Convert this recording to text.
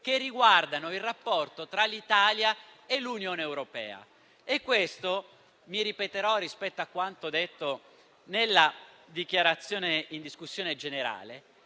che riguardano il rapporto tra l'Italia e l'Unione europea e questo problema - mi ripeterò rispetto a quanto detto nel mio intervento in discussione generale